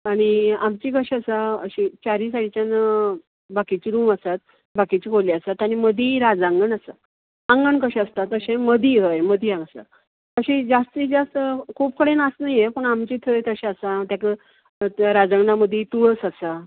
आनी आमचे कशें आसा अशें चारय सायडिच्यान बाकीचे रूम आसात बाकीचे खोली आसात आनी मदीं राजांगण आसा आंगण कशें आसतात तशें मदीं हय मदीं आसा अशें जास्ती जास्त खूब कडेन आसा ये पूण आमचे थंय तशें आसा तेका राजांगणां मदी तुळस आसा